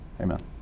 Amen